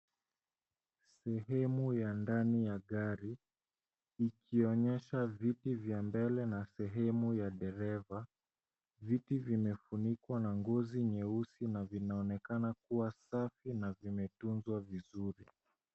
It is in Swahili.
Sehemu ya ndani ya gari ikionyesha viti vya mbele na sehemu ya dereva. Viti vimefunikwa na ngozi nyeusi na zinaonekana kuwa safi na imetunzwa vizuri.